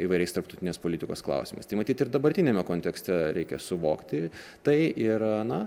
įvairiais tarptautinės politikos klausimais tai matyt ir dabartiniame kontekste reikia suvokti tai yra na